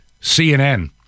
CNN